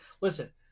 listen